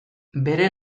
bere